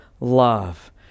love